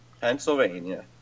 Pennsylvania